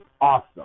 awesome